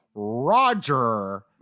Roger